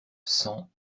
cent